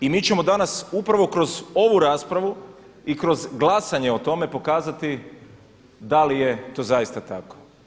I mi ćemo danas upravo kroz ovu raspravu i kroz glasanje o tome pokazati da li je to zaista tako.